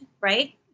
right